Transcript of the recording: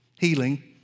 healing